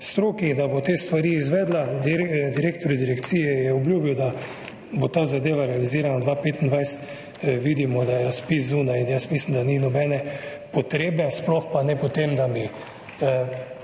stroki, da bo te stvari izvedla. Direktor Direkcije je obljubil, da bo ta zadeva realizirana 2025. Vidimo, da je razpis zunaj, in mislim, da ni nobene potrebe, sploh pa ne po tem, da mi